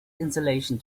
insulation